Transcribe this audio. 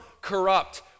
corrupt